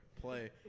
play